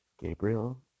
Gabriel